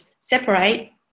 separate